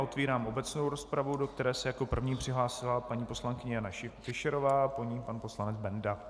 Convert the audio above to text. Otevírám obecnou rozpravu, do které se jako první přihlásila paní poslankyně Jana Fischerová, po ní pan poslanec Benda.